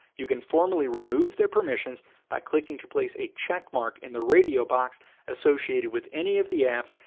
you can formally remove their permissions by clicking to place a checkmark in the radio box associated with any of the apps,